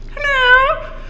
hello